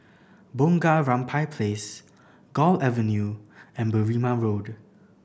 Bunga Rampai Place Gul Avenue and Berrima Road